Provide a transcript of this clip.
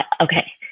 okay